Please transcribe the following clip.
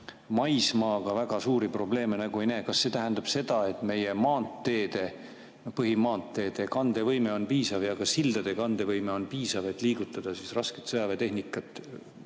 maismaaga väga suuri probleeme nagu ei näe. Kas see tähendab seda, et meie maanteede, põhimaanteede kandevõime on piisav ja ka sildade kandevõime on piisav, et liigutada rasket sõjaväetehnikat